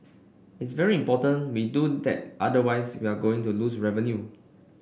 it's very important we do that otherwise we are going to lose revenue